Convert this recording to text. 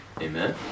Amen